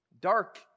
Dark